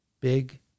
big